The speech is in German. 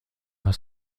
den